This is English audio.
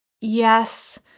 yes